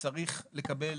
צריך לקבל